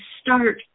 start